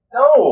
no